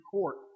Court